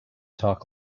talk